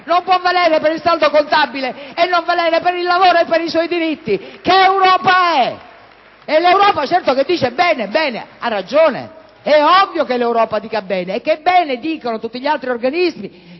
non può valere per il saldo contabile e non valere per il lavoro e per i suoi diritti. Che Europa è? *(Applausi dal Gruppo PD).* E l'Europa, certo che dice bene: ha ragione. È ovvio che l'Europa dica bene, e che bene dicano tutti gli altri organismi